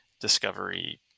Discovery